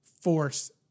force